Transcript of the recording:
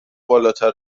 بالاتر